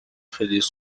feliz